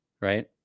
Right